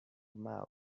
mouth